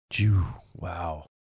Wow